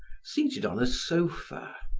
seated on a sofa.